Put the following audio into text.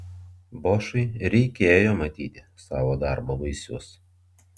bošui reikėjo matyti savo darbo vaisius